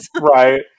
right